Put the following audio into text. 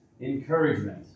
encouragement